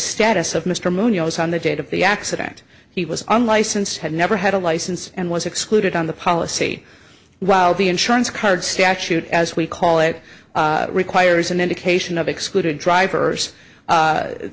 status of mr munoz on the date of the accident he was unlicensed had never had a license and was excluded on the policy while the insurance card statute as we call it requires an indication of excluded drivers